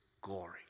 glory